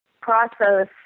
process